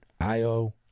Io